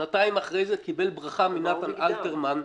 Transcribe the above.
שנתיים אחרי זה קיבל ברכה מנתן אלתרמן: